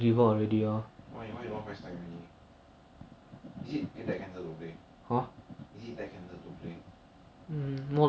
I I feel like ya cause I mean play so long already obviously I won't say anything it's like I know what you're going to do what you're not going to do if you going to win or lose is really